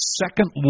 second